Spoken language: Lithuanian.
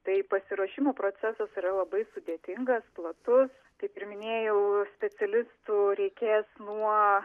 tai pasiruošimo procesas yra labai sudėtingas platus kaip ir minėjau specialistų reikės nuo